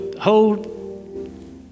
hold